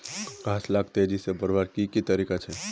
घास लाक तेजी से बढ़वार की की तरीका छे?